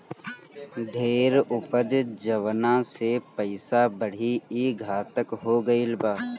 ढेर उपज जवना से पइसा बढ़ी, ई घातक हो गईल बा